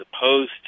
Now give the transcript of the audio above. opposed